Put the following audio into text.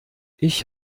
ich